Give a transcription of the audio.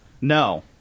No